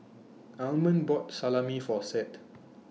Almond bought Salami For Seth